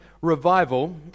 revival